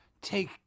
take